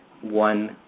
one